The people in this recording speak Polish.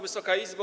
Wysoka Izbo!